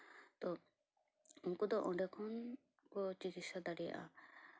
ᱛᱚ ᱩᱱᱠᱩ ᱫᱚ ᱚᱸᱰᱮ ᱠᱷᱚᱱ ᱠᱚ ᱪᱤᱠᱤᱛᱥᱟ ᱫᱟᱲᱮᱭᱟᱜᱼᱟ